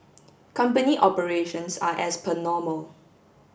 company operations are as per normal